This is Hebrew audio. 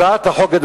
הצעת החוק,